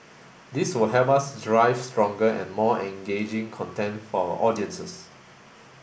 this will help us drive stronger and more engaging content for our audiences